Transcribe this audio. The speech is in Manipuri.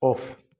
ꯑꯣꯐ